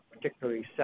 particularly